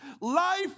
Life